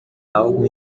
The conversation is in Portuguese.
algo